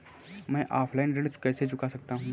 मैं ऑफलाइन ऋण कैसे चुका सकता हूँ?